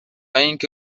اینکه